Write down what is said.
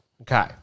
Okay